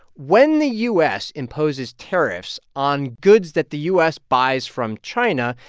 when the u s. imposes tariffs on goods that the u s. buys from china,